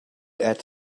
add